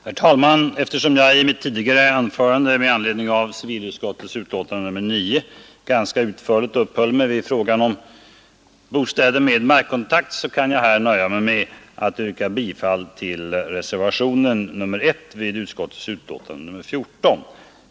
Herr talman! Eftersom jag i mitt tidigare anförande med anledning av civilutskottets betänkande nr 9 ganska utförligt uppehöll mig vid frågan om bostäder med markkontakt kan jag här nöja mig med att yrka bifall till reservationen 1 vid utskottets betänkande nr 14.